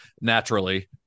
naturally